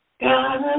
God